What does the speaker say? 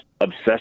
obsessed